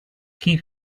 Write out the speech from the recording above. keep